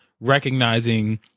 recognizing